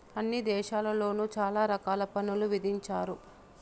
అన్ని దేశాల్లోను చాలా రకాల పన్నులు విధించారు